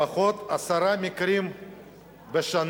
לפחות עשרה מקרים בשנה,